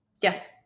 Yes